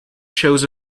shows